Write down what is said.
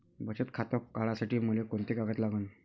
बचत खातं काढासाठी मले कोंते कागद लागन?